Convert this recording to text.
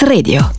Radio